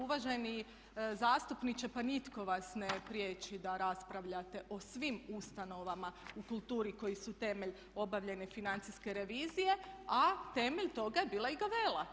Uvaženi zastupniče, pa nitko vas ne priječi da raspravljate o svim ustanovama u kulturi koji su temelj obavljene financijske revizije, a temelj toga je bila i Gavella.